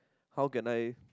how can I